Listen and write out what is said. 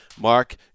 Mark